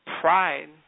pride